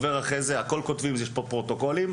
הכול נכתב, יש פה פרוטוקולים.